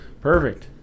Perfect